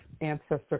ancestor